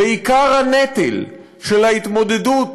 ועיקר הנטל של ההתמודדות